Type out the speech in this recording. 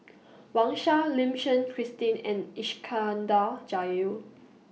Wang Sha Lim Suchen Christine and Iskandar Jalil